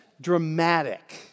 dramatic